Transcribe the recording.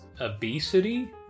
obesity